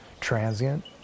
transient